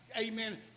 amen